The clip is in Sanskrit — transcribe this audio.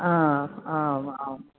आम् आम् आम्